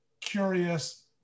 curious